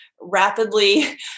rapidly